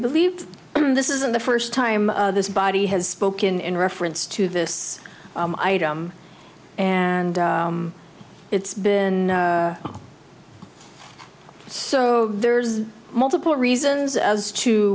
believe this isn't the first time this body has spoken in reference to this item and it's been so there's multiple reasons as to